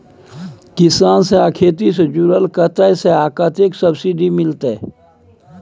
किसान से आ खेती से जुरल कतय से आ कतेक सबसिडी मिलत?